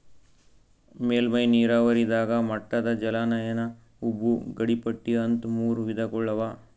ಮೇಲ್ಮೈ ನೀರಾವರಿದಾಗ ಮಟ್ಟದ ಜಲಾನಯನ ಉಬ್ಬು ಗಡಿಪಟ್ಟಿ ಅಂತ್ ಮೂರ್ ವಿಧಗೊಳ್ ಅವಾ